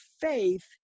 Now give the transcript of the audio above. faith